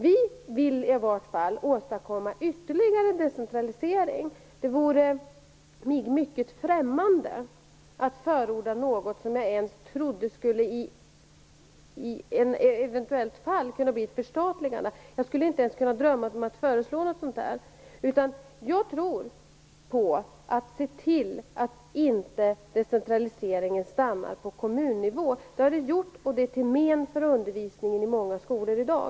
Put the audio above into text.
Vi vill i vart fall åstadkomma ytterligare decentralisering. Det vore mig mycket främmande att förorda något som jag i något fall trodde skulle kunna innebära ett förstatligande. Jag skulle inte ens kunna drömma om att föreslå något sådant. Jag tror på att se till att decentraliseringen inte stannar på kommunnivå. Det har den nu gjort, till men för undervisningen vid många skolor i dag.